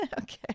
Okay